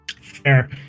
fair